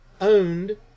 owned